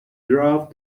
drove